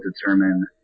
determine